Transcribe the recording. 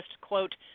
quote